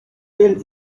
field